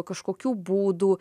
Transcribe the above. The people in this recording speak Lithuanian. kažkokių būdų